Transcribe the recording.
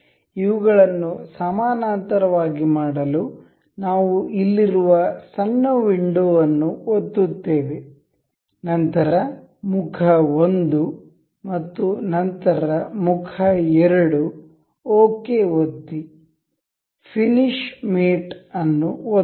ಇವುಗಳನ್ನು ಸಮಾನಾಂತರವಾಗಿ ಮಾಡಲು ನಾವು ಇಲ್ಲಿರುವ ಸಣ್ಣ ವಿಂಡೋವನ್ನು ಒತ್ತುತ್ತೇವೆ ನಂತರ ಮುಖ 1 ಮತ್ತು ನಂತರ ಮುಖ 2 ಓಕೆ ಒತ್ತಿ ಫಿನಿಷ್ ಮೇಟ್ ಅನ್ನು ಒತ್ತಿ